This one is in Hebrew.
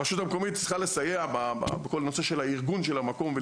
הרשות המקומית צריכה לסייע בכל הנושא של הארגון של המקום.